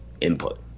input